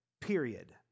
Period